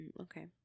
okay